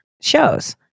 shows